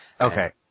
Okay